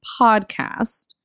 podcast